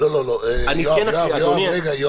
לא, רגע, יואב.